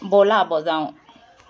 ব'লা বজাও